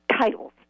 titles